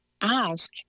Ask